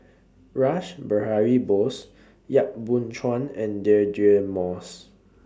Rash Behari Bose Yap Boon Chuan and Deirdre Moss